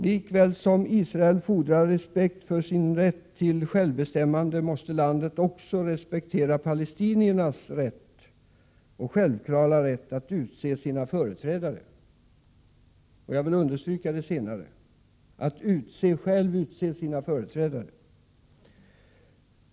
Lika väl som Israel fordrar respekt för sin rätt till självbestämmande, måste landet också respektera palestiniernas självklara rätt att själva utse sina företrädare. Jag vill understryka det senare: att själva utse sina företrädare.